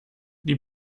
die